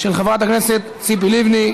של חברת הכנסת ציפי לבני.